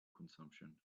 consumption